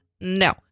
No